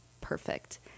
perfect